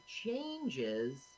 changes